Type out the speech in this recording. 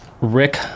Rick